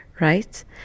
right